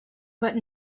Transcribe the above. but